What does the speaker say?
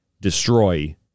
destroy